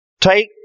take